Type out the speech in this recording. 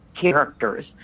characters